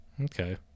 Okay